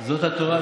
זאת התורה,